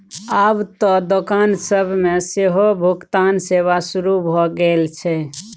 आब त दोकान सब मे सेहो भुगतान सेवा शुरू भ गेल छै